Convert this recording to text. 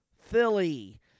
Philly